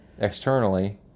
Externally